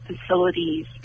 facilities